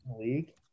League